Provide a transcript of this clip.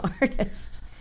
artist